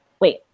Wait